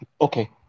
Okay